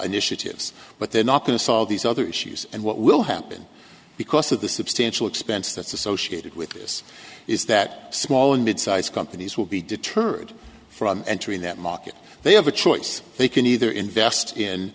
initiatives but they're not going to solve these other issues and what will happen because of the substantial expense that's associated with this is that small and midsize companies will be deterred from entering that market they have a choice they can either invest in